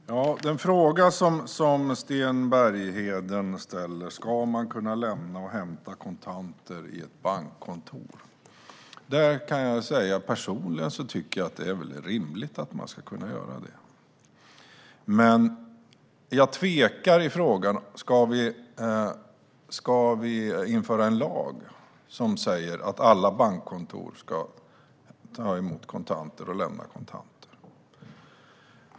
Fru talman! Som svar på den fråga Sten Bergheden ställer - om man ska kunna lämna och hämta kontanter på ett bankkontor - kan jag säga att jag personligen tycker att det väl är rimligt att man ska kunna göra det. Men jag tvekar i frågan om vi ska införa en lag som säger att alla bankkontor ska ta emot och lämna ut kontanter.